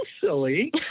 silly